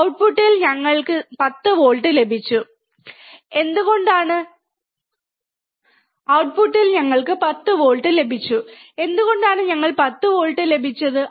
ഔട്ട്പുട്ടിൽ ഞങ്ങൾക്ക് 10 വോൾട്ട് ലഭിച്ചു എന്തുകൊണ്ടാണ് ഞങ്ങൾക്ക് 10 വോൾട്ട് ലഭിച്ചത്